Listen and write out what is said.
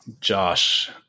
Josh